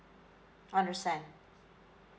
understand